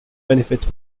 benefit